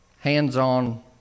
hands-on